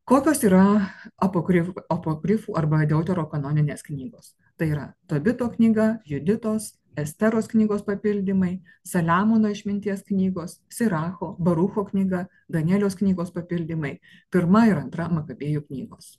kokios yra apokrifų apokrifų arba deutero kanoninės knygos tai yra tabito knyga juditos esteros knygos papildymai saliamono išminties knygos siracho barucho knyga danieliaus knygos papildymai pirma ir antra makabėjų knygos